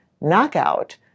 knockout